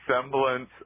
semblance